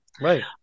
Right